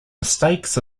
mistakes